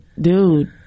dude